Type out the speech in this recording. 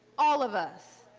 all of us.